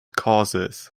causes